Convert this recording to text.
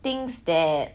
things that